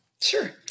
Sure